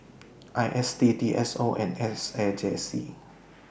I S D D S O and S A J C